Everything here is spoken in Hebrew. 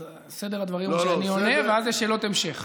אז סדר הדברים הוא שאני עונה, ואז יש שאלות המשך.